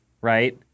right